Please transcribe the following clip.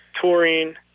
touring